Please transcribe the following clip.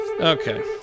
Okay